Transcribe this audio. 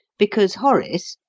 because horace,